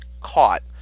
caught